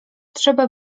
trzeba